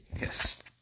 Yes